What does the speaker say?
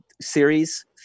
series